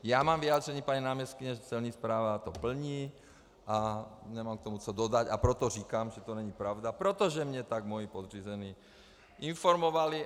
Já mám vyjádření paní náměstkyně, Celní správa to plní a nemám k tomu co dodat, a proto říkám, že to není pravda, protože mě tak moji podřízení informovali.